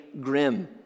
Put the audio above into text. grim